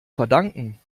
verdanken